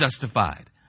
justified